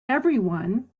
everyone